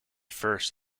first